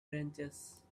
branches